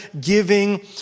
giving